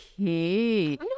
okay